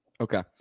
Okay